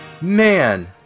man